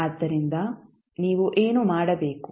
ಆದ್ದರಿಂದ ನೀವು ಏನು ಮಾಡಬೇಕು